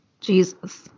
Jesus